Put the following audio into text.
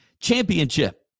Championship